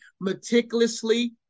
meticulously